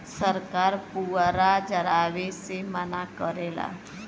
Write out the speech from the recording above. सरकार पुअरा जरावे से मना करेला